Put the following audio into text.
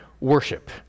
worship